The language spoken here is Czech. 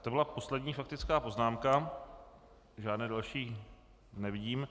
To byla poslední faktická poznámka, žádné další nevidím.